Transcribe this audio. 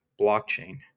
blockchain